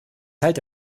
halte